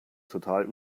total